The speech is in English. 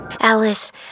Alice